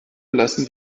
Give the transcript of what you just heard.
lassen